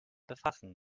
befassen